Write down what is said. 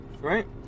right